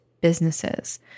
businesses